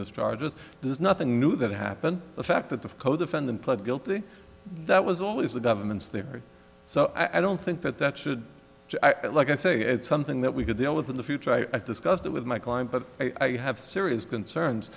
this charges there's nothing new that happened the fact that the codefendant pled guilty that was always the government's there so i don't think that that should like i say it's something that we could deal with in the future i discussed it with my client but i have serious concerns